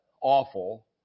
awful